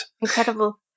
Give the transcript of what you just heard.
incredible